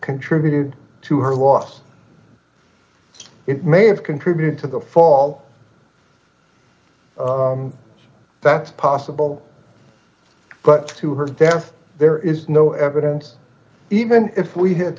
contributed to her loss it may have contributed to the fall that's possible but to her death there is no evidence even if we h